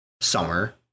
summer